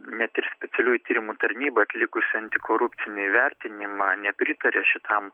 net ir specialiųjų tyrimų tarnyba atlikusi antikorupcinį vertinimą nepritarė šitam